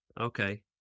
Okay